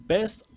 Best